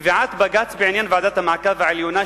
1. קביעת בג"ץ בעניין ועדת המעקב העליונה,